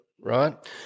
Right